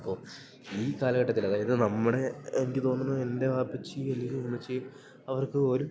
അപ്പോൾ ഈ കാലഘട്ടത്തിൽ അതായത് നമ്മുടെ എനിക്ക് തോന്നുന്നു എൻ്റെ വാപ്പച്ചി അല്ലെങ്കിൽ ഉമ്മച്ചി അവർക്കുപോലും